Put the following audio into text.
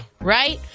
right